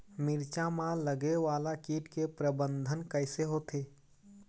मिरचा मा लगे वाला कीट के प्रबंधन कइसे होथे?